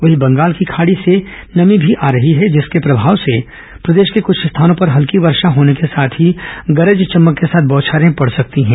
वहीं बंगाल की खाड़ी से नमी भी आ रही हैं जिसके प्रभाव से प्रदेश के कुछ स्थानों पर हल्की वर्षा होने के साथ ही गरज चमक के साथ बौछारें पड़ सकती है